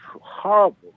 horrible